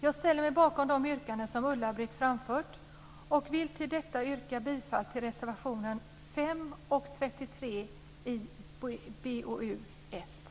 Jag ställer mig bakom de yrkanden som Ulla-Britt framfört och vill till detta yrka bifall till reservationerna 5 och 33 i BoU1.